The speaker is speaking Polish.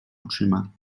oczyma